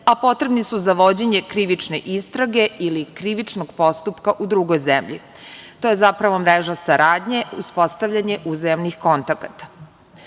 a potrebni su za vođenje krivične istrage ili krivičnog postupka u drugoj zemlji. To je zapravo mreža saradnje, uspostavljanje uzajamnih kontakata. Ustav